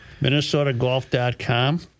Minnesotagolf.com